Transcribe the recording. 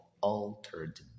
altered